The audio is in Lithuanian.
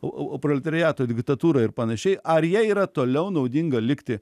o proletariato diktatūrą ir panašiai ar jie yra toliau naudinga likti